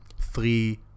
three